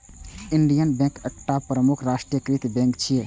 Indian Bank एकटा प्रमुख राष्ट्रीयकृत बैंक छियै